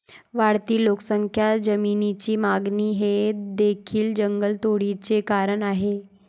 वाढती लोकसंख्या, जमिनीची मागणी हे देखील जंगलतोडीचे कारण आहे